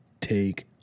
take